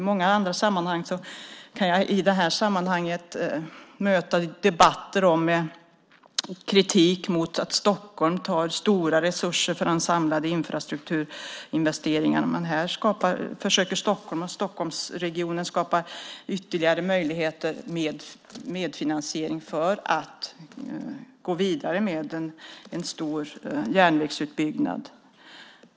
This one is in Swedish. I många sammanhang kan jag i det här avseendet möta kritik mot att Stockholm tar stora resurser från de samlade infrastrukturinvesteringarna. Här skapar Stockholmsregionen ytterligare möjligheter genom medfinansiering för att gå vidare med en stor järnvägsutbyggnad.